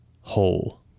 whole